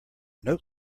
note